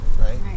Right